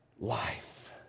life